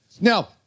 Now